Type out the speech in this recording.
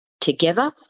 together